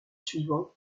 suivant